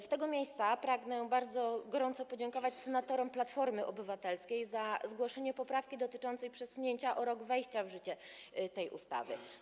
Z tego miejsca pragnę bardzo gorąco podziękować senatorom Platformy Obywatelskiej za zgłoszenie poprawki dotyczącej przesunięcia o rok wejścia w życie tej ustawy.